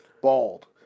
Bald